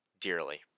dearly